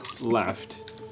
left